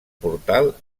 portal